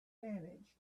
manage